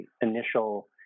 initial